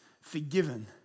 forgiven